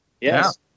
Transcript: Yes